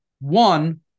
One